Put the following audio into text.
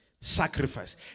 Sacrifice